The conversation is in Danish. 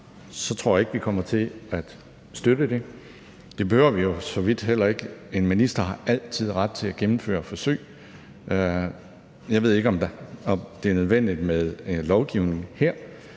tror jeg ikke, vi kommer til at støtte det. Det behøver vi jo for så vidt heller ikke; en minister har altid ret til at gennemføre et forsøg. Jeg ved ikke, om det er nødvendigt med lovgivning her.